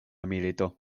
milito